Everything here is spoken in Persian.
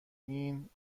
این